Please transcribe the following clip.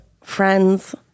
friend's